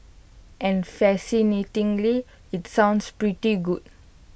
and fascinatingly IT sounds pretty good